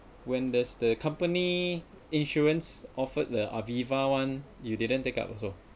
when does the company insurance offered the Aviva [one] you didn't take up also